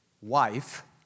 wife